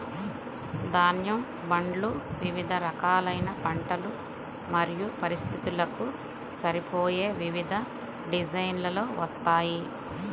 ధాన్యం బండ్లు వివిధ రకాలైన పంటలు మరియు పరిస్థితులకు సరిపోయే వివిధ డిజైన్లలో వస్తాయి